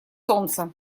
солнце